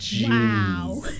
Wow